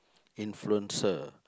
influencer